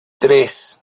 tres